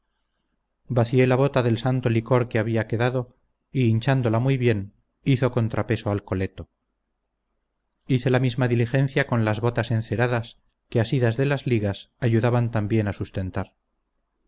vacié la bota del santo licor que había quedado y hinchándola muy bien hizo contrapeso al coleto hice la misma diligencia con las botas enceradas que asidas de las ligas ayudaban también a sustentar